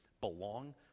belong